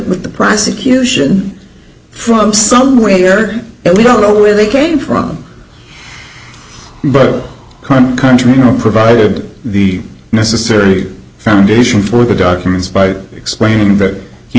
with the prosecution from somewhere and we don't know where they came from but country provided the necessary foundation for the documents by explaining